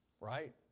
right